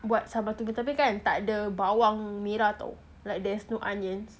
buat sambal tumis tapi kan tak ada bawang merah tau like there's no onions